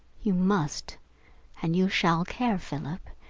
you must and you shall care, philip,